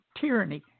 Tyranny